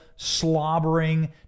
Slobbering